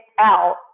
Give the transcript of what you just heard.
out